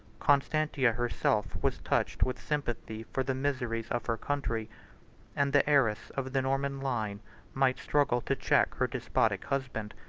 constantia herself was touched with sympathy for the miseries of her country and the heiress of the norman line might struggle to check her despotic husband,